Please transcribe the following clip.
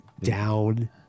down